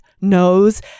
knows